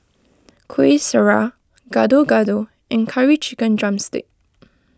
Kueh Syara Gado Gado and Curry Chicken Drumstick